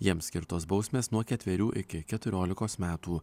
jiems skirtos bausmės nuo ketverių iki keturiolikos metų